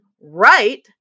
right